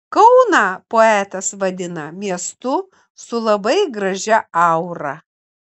kauną poetas vadina miestu su labai gražia aura